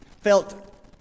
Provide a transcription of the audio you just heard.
felt